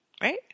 Right